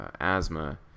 asthma